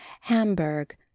Hamburg